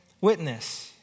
witness